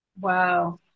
Wow